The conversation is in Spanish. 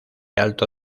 alto